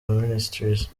ministries